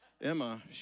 Emma